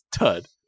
Tud